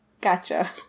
Gotcha